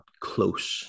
close